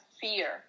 fear